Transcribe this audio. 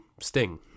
Sting